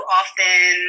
often